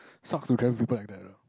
sucks to travel with people like that lah